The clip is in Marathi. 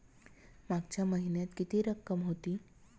मागच्या महिन्यात किती रक्कम होती?